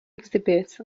exhibits